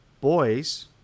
Boys